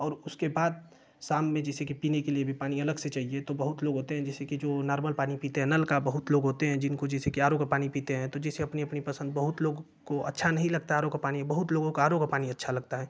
और उसके बाद शाम में जैसे कि पीने के लिए भी पानी अलग से चाहिए तो बहुत लोग होते है जैसे कि जो नॉर्मल पानी पीते है नल का बहुत लोग होते है जिनको जैसे कि आर ओ का पानी पीते है तो जैसे अपनी अपनी पसंद बहुत लोग को अच्छा नहीं लगता आर ओ का पानी बहुत लोगों का आर ओ का पानी अच्छा लगता है